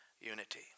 unity